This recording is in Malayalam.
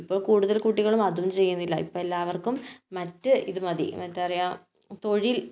ഇപ്പോൾ കൂടുതൽ കുട്ടികളും അതും ചെയ്യുന്നില്ല ഇപ്പം എല്ലാവർക്കും മറ്റ് ഇതുമതി ഇപ്പോൾ എന്താ പറയുക തൊഴിൽ